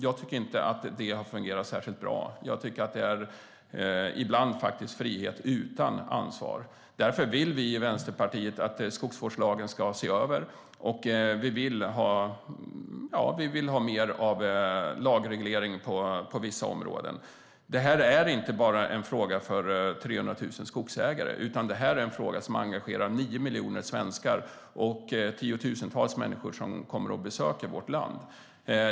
Jag tycker inte att det har fungerat särskilt bra. Ibland är det faktiskt frihet utan ansvar. Därför vill vi i Vänsterpartiet att skogsvårdslagen ska ses över. Vi vill ha mer lagreglering på vissa områden. Detta är inte bara en fråga för 300 000 skogsägare, utan det är en fråga som engagerar 9 miljoner svenskar och tiotusentals människor som kommer och besöker vårt land.